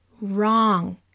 wrong